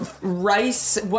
rice